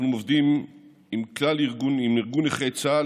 אנחנו עובדים עם ארגון נכי צה"ל,